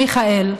מיכאל.